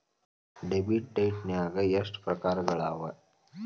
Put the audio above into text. Debit ಡೈಟ್ನ್ಯಾಗ್ ಎಷ್ಟ್ ಪ್ರಕಾರಗಳವ?